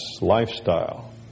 lifestyle